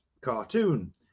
cartoon